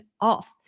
off